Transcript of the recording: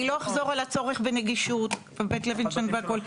אני לא אחזור על הצורך בנגישות בבית לווינשטיין והכל,